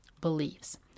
beliefs